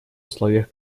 условиях